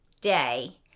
day